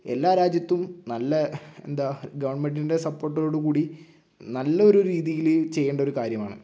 എല്ലാ രാജ്യത്തും നല്ല എന്താ ഗവൺമെന്റിൻ്റെ സപ്പോർട്ടോടു കൂടി നല്ലൊരു രീതിയിൽ ചെയ്യേണ്ട ഒരു കാര്യമാണ്